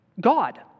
God